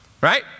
Right